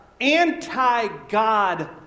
Anti-God